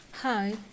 Hi